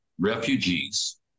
refugees